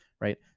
right